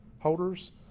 holders